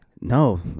No